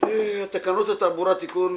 - תקנות התעבורה (תיקון מס'...),